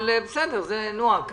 אבל זה נוהג כזה.